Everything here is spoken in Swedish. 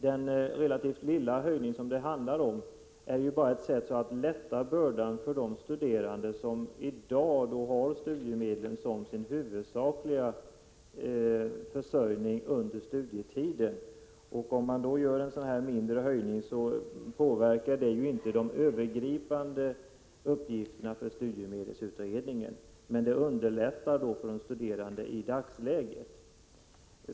Den lilla höjning det handlar om är bara ett sätt att lätta bördan för de studerande som i dag har studiemedlen som sin huvudsakliga försörjning under studietiden. Om man då gör en mindre höjning påverkar det inte de övergripande uppgifterna för studiemedelsutredningen. Men det underlättar för de studerande i dagsläget.